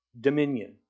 dominion